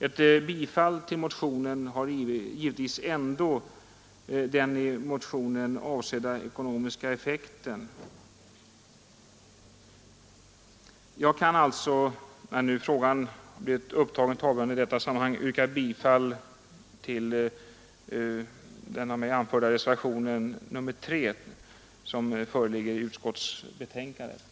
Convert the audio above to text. Ett bifall till motionen har ändå den avsedda ekonomiska effekten. När nu frågan tagits upp kan jag, herr talman, yrka bifall till den av mig framförda reservationen 3 i socialförsäkringsutskottets betänkande nr 7.